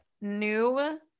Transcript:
new